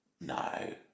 No